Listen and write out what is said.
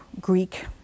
Greek